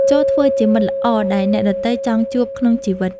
ចូរធ្វើជាមិត្តល្អដែលអ្នកដទៃចង់ជួបក្នុងជីវិត។